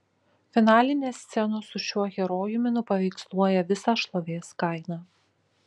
finalinės scenos su šiuo herojumi nupaveiksluoja visą šlovės kainą